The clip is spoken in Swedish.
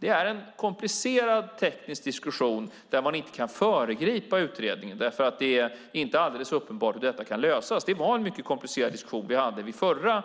Det är en komplicerad teknisk diskussion där man inte kan föregripa utredningen. Det är inte alldeles uppenbart hur detta kan lösas. Det var en mycket komplicerad diskussion vi hade vid förra